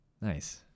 nice